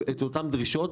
את אותן דרישות.